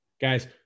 Guys